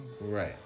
right